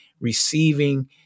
receiving